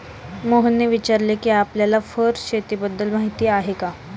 मोहनने विचारले कि आपल्याला फर शेतीबाबत माहीती आहे का?